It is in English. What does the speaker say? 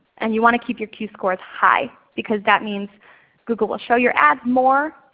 and you want to keep your q scores high because that means google will show your ads more,